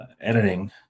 editing